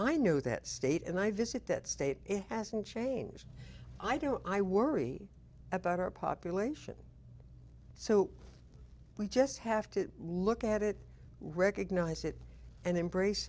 i know that state and i visit that state it hasn't changed i do i worry about our population so we just have to look at it recognize it and embrace